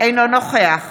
אינו נוכח